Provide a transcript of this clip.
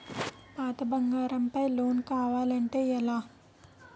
పాత బంగారం పై లోన్ కావాలి అంటే ఎలా?